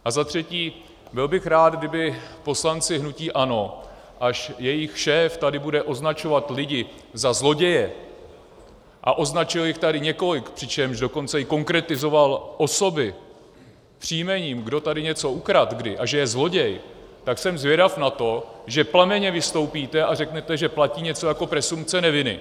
A za třetí, byl bych rád, kdyby poslanci hnutí ANO, až jejich šéf tady bude označovat lidi za zloděje, a označil jich tady několik, přičemž dokonce i konkretizoval osoby příjmením, kdo tady kdy něco ukradl a že je zloděj, tak jsem zvědav na to, že plamenně vystoupíte a řeknete, že platí něco jako presumpce neviny.